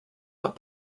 not